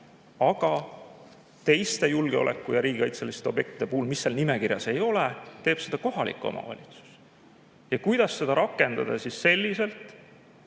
aga teiste julgeoleku‑ ja riigikaitseliste objektide puhul, mida seal nimekirjas ei ole, teeb seda kohalik omavalitsus. Kuidas seda rakendada selliselt,